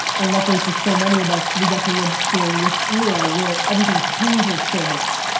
and luckily for so many of us, we got to live during this era where everything changes so much.